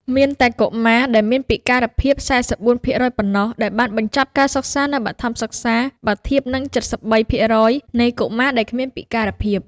មានតែកុមារដែលមានពិការភាព ៤៤ ភាគរយប៉ុណ្ណោះដែលបានបញ្ចប់ការសិក្សានៅបឋមសិក្សា បើធៀបនឹង ៧៣ ភាគរយនៃកុមារដែលគ្មានពិការភាព។